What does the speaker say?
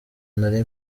nari